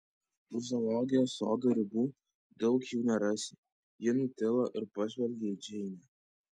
už zoologijos sodo ribų daug jų nerasi ji nutilo ir pažvelgė į džeinę